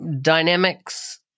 Dynamics